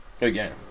again